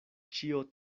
ĉio